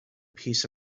piece